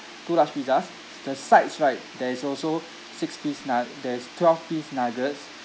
two large pizzas the sides right there is also six piece nug~ there's twelve piece nuggets